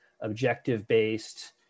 objective-based